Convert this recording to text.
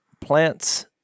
plants